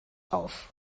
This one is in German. auf